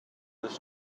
this